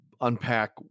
unpack